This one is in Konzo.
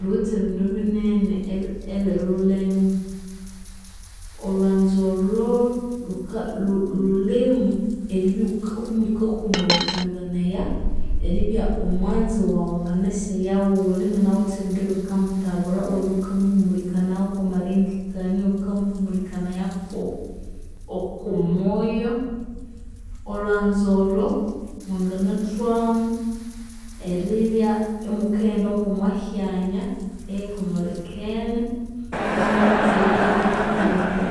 Lhuwithe ebindu binene ebilhulimu. Olhwanzu olho lhuka lhu- lhulimu eribya ka- imukahumulikanganaya, eribya omwanzi waghu anginasa eyaghuli inianawithe ebindu ebikamutabura iwabya ighukamuhumulikanaya kwamalengekania, iwabya ighukamuhumulikanaya okwo kwomoyo. Olhwanzu olho mwanginathwamu eribya imukaghenda ngomwahyanya ehihumulikene, imwaghunza eyu yebiro byenyu,